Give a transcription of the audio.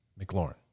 McLaurin